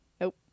nope